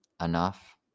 enough